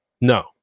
No